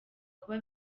kuba